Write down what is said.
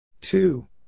Two